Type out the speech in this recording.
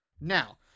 Now